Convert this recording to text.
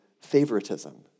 favoritism